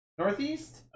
northeast